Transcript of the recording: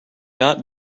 not